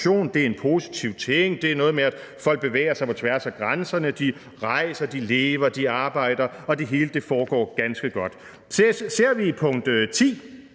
er en positiv ting, det er noget med, at folk bevæger sig på tværs af grænserne, de rejser, de lever, de arbejder, og det hele foregår ganske godt. Ifølge pkt. 10